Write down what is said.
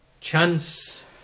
chance